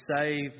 save